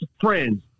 friends